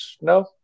No